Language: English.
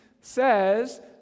says